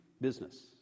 business